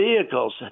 vehicles